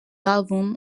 album